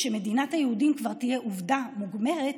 כשמדינת היהודים כבר תהיה עובדה מוגמרת,